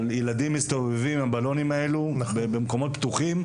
אבל ילדים מסתובבים עם הבלונים האלה במקומות פתוחים.